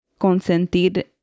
Consentir